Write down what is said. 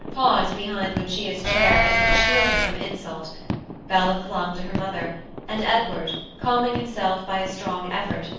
paused behind lucia's chair as if to shield her from insult bella clung to her mother and edward, calming himself by a strong effort,